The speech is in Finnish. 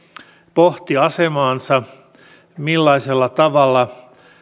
pohti asemaansa millaisella tavalla